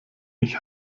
ich